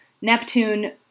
Neptune